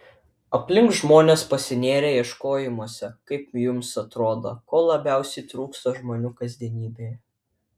aplink žmonės pasinėrę ieškojimuose kaip jums atrodo ko labiausiai trūksta žmonių kasdienybėje